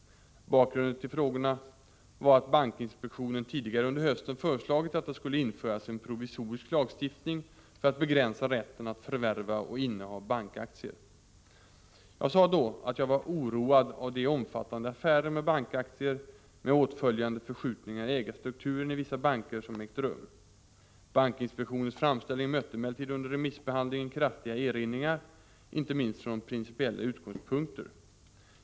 Bakgrunden till frågorna var att bankinspektionen tidigare under hösten föreslagit att det skulle införas en provisorisk lagstiftning för att begränsa rätten att förvärva och inneha bankaktier. Jag sade då att jag var oroad av de omfattande affärer med bankaktier med åtföljande förskjutningar i ägarstrukturen i vissa banker som ägt rum. Bankinspektionens framställning mötte emellertid under remissbehandlingen kraftiga erinringar, inte minst från principiella utgångspunkter.